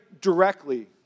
directly